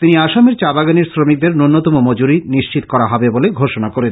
তিনি আসামের চাবাগানের শ্রমিকের নূন্যতম মজুরী নিশ্চিত করা হবে বলে ঘোষনা করেছেন